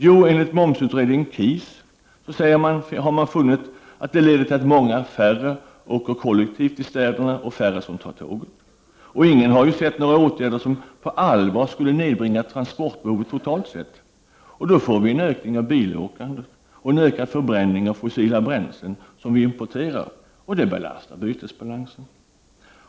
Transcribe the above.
Jo, enligt momsutredningen KIS, har man funnit att det leder till att många färre åker kollektivt i städerna och färre tar tåget. Och ingen har ju sett några åtgärder som på allvar skulle nedbringa transportbehovet totalt sett, och då får vi en ökning av bilåkandet och en ökad förbränning av fossila bränslen som vi importerar, och det belastar bytesbalansen.